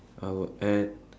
I will add